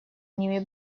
ними